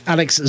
Alex